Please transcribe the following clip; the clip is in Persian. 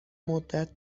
مدت